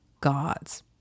gods